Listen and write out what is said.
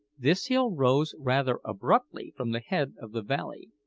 this hill rose rather abruptly from the head of the valley,